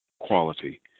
quality